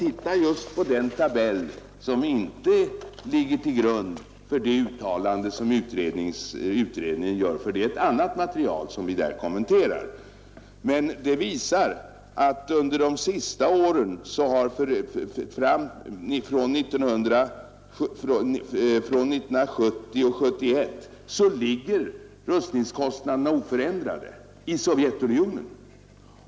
Se på just den tabell som inte ligger till grund för det uttalande som utredningen gör, men väl ingår i betänkandet. Denna tabell visar att rustningskostnaderna under de senaste åren, 1970—1971, legat oförändrade i Sovjetunionen.